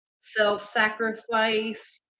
self-sacrifice